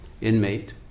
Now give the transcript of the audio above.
inmate